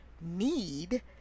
need